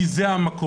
כי זה המקום.